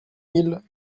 mille